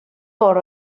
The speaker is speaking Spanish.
por